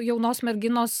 jaunos merginos